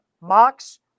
Mox